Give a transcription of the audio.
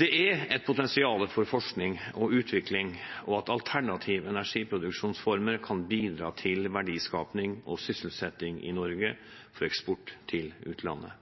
Det er et potensial for forskning og utvikling og at alternative energiproduksjonsformer kan bidra til verdiskaping og sysselsetting i Norge for eksport til utlandet.